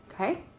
Okay